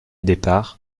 départs